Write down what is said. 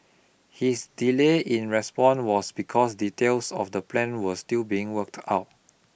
his delay in response was because details of the plan was still being worked out